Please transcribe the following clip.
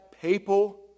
papal